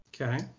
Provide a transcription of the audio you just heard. Okay